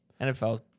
NFL